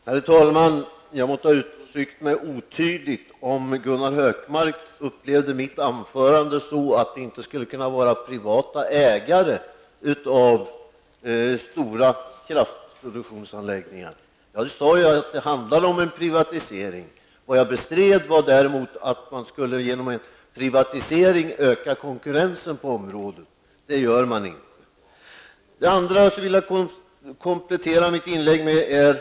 Herr talman! Jag måste ha uttryckt mig otydligt om Gunnar Hökmark uppfattade mitt anförande så att det inte skulle kunna vara privata ägare av stora kraftproduktionsanläggningar. Jag sade att det handlade om en privatisering. Jag bestred däremot att man genom en privatisering skulle öka konkurrensen på området. Det gör man inte. Jag skulle vilja komplettera mitt tidigare inlägg.